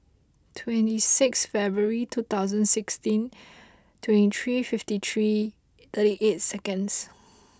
twenty six February twenty sixteen twenty three fifty three thirty eight seconds